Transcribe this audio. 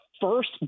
first